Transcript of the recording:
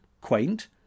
quaint